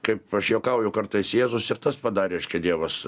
kaip aš juokauju kartais jėzus ir tas padarė reiškia dievas